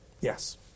yes